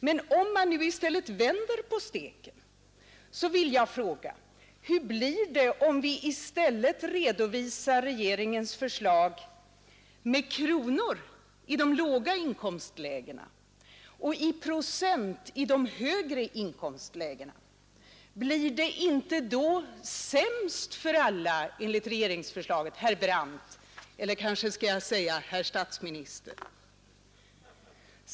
Men om man nu vänder på steken, så vill jag fråga: Hur blir det om vi i stället redovisar regeringsförslaget med kronor i de låga inkomstlägena och i procent i de högre inkomstlägena? Blir det inte då sämst för alla enligt regeringsförslaget, herr Brandt — eller skall jag kanske säga herr statsminister?